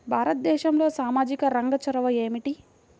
భారతదేశంలో సామాజిక రంగ చొరవ ఏమిటి?